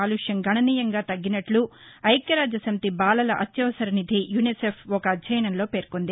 కాలుష్యం గణనీయంగా తగ్గినట్లు ఐక్యరాజ్య సమితి బాలల అత్యవసర నిధి యునిసెఫ్ ఒక అధ్యయనంలో పేర్కొంది